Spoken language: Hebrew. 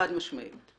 חד-משמעית.